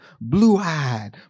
blue-eyed